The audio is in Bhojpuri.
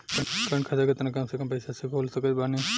करेंट खाता केतना कम से कम पईसा से खोल सकत बानी?